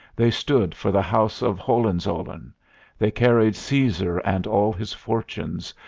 they stood for the house of hohenzollern they carried caesar and all his fortunes,